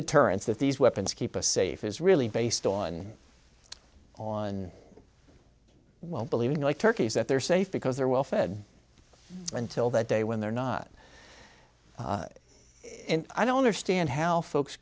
deterrence that these weapons keep us safe is really based on on well believing like turkeys that they're safe because they're well fed until that day when they're not i don't understand how folks